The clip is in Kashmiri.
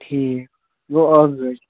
ٹھیٖک گوٚو اکھ گٲڑۍ